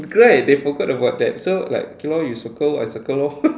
right they forgot about that so like okay lor you circle I circle lor